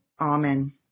Amen